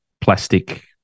plastic